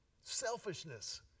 Selfishness